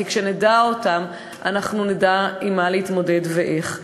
כי כשנדע אותם אנחנו נדע עם מה להתמודד ואיך.